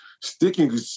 sticking